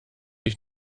ich